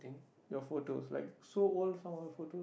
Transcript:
your photos right like so old some of the photo